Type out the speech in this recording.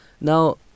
Now